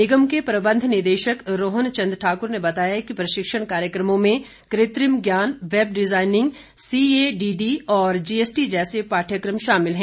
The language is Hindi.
निगम के प्रबंध निदेशक रोहन चंद ठाकुर ने बताया कि प्रशिक्षण कार्यक्रमों में कृत्रिम ज्ञान वैब डिजाईनिंग सीएडीडी और जीएसटी जैसे पाठयक्रम शामिल है